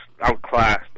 outclassed